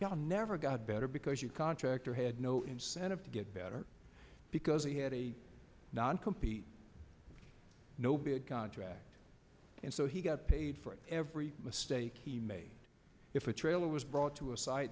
now never got better because your contractor had no incentive to get better because he had a non compete no bid contract and so he got paid for every mistake he made if a trailer was brought to a site